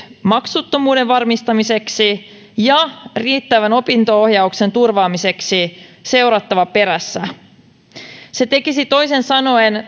maksuttomuuden varmistamiseksi ja riittävän opinto ohjauksen turvaamiseksi seurattava perässä se tekisi toisin sanoen